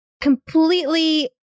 completely